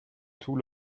tout